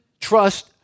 trust